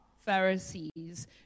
Pharisees